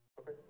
Okay